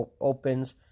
opens